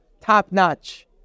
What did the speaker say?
top-notch